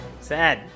Sad